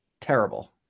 terrible